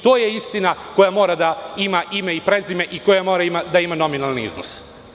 To je istina koja mora da ima ime i prezime i koja mora da ima nominalni iznos.